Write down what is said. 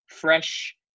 fresh